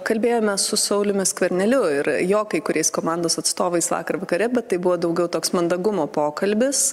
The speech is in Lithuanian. kalbėjome su sauliumi skverneliu ir jo kai kuriais komandos atstovais vakar vakare bet tai buvo daugiau toks mandagumo pokalbis